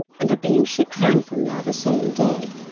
and are being shipped home from there the same day.